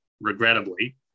regrettably